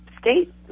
state